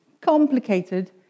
complicated